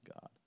God